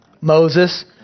Moses